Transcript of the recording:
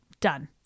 Done